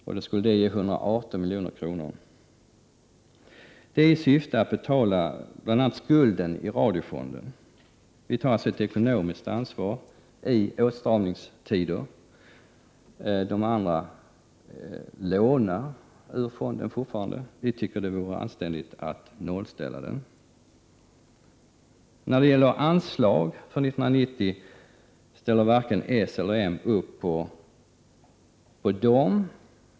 Detta skulle ge 118 milj.kr. Syftet är bl.a. att man skall kunna betala skulden i Radiofonden. Vi tar alltså ett ekonomiskt ansvar i åtstramningstider. De andra vill fortfarande låna ur fonden. Enligt vår åsikt vore det anständigt att nollställa den. När det gäller anslag för 1990 ställer varken socialdemokraterna eller moderaterna upp.